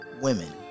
women